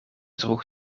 droeg